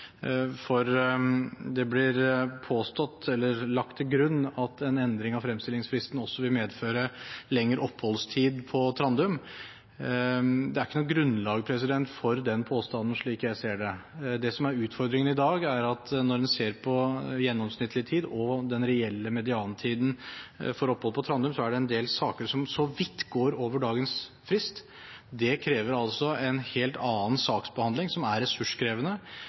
Det blir lagt til grunn at en endring av fremstillingsfristen også vil medføre lengre oppholdstid på Trandum. Det er ikke noe grunnlag for den påstanden, slik jeg ser det. Det som er utfordringen i dag, er at når en ser på gjennomsnittlig tid og den reelle mediantiden for opphold på Trandum, er det en del saker som så vidt går over dagens frist. Det krever altså en helt annen saksbehandling som er ressurskrevende,